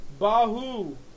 Bahu